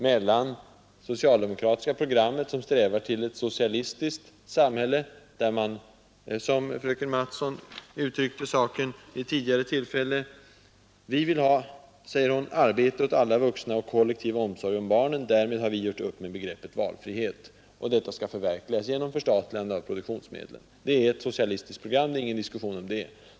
Det socialdemokratiska programmet strävar till ett socialistiskt samhälle, där man — som fröken Mattson uttryckte saken vid ett tidigare tillfälle — vill ha arbete åt alla vuxna och kollektiv omsorg om barnen. Därmed har vi, säger fröken Mattson, gjort upp med begreppet valfrihet. Detta skall förverkligas genom förstatligande av produktionsmedlen. Det är ett socialistiskt program — det är ingen diskussion om den saken.